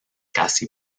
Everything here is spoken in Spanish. casi